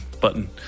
button